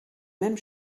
même